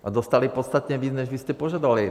A dostali podstatně víc, než vy jste požadovali.